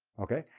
okay?